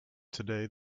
today